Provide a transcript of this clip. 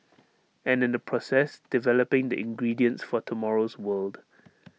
and in the process developing the ingredients for tomorrow's world